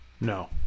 No